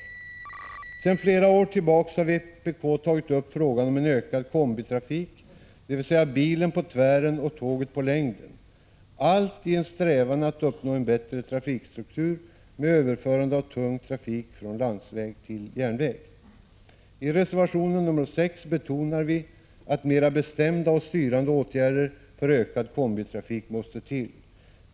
Sedan flera år har vpk tagit upp frågan om en ökad s.k. kombitrafik, dvs. bilen på tvären och tåget på längden — allt i en strävan att uppnå en bättre 19 trafikstruktur med överförande av tung trafik från landsväg till järnväg. I reservation 6 betonar vi att mera bestämda och styrande åtgärder för ökad kombitrafik måste till.